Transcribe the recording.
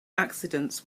accidents